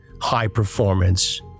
high-performance